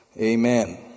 Amen